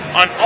on